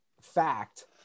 fact